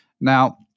Now